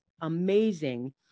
amazing